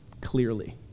Clearly